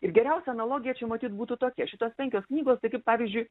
ir geriausia analogija čia matyt būtų tokia šitos penkios knygos tai kaip pavyzdžiui